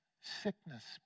sickness